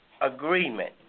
agreement